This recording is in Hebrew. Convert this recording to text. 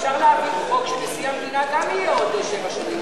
אפשר להביא חוק שנשיא המדינה גם יהיה עוד שבע שנים.